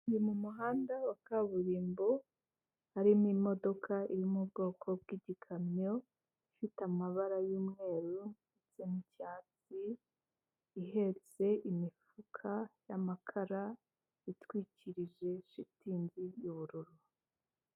Ni mu muhanda wa kaburimbo harimo imodoka yo mu bwoko bw'igikamyo ifite amabara y'umweru yo mu cyatsi, ihetse imifuka y'amakara itwikirije shitingi y'ubururu.